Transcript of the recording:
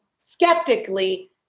skeptically